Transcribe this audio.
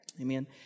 Amen